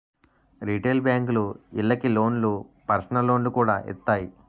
retail బేంకులు ఇళ్ళకి లోన్లు, పర్సనల్ లోన్లు కూడా ఇత్తాయి